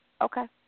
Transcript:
okay